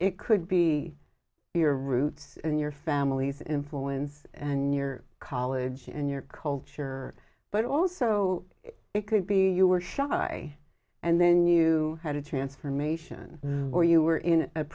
it could be your roots and your family's influence and your college and your culture but also it could be you were shy and then you had a transformation or you were in a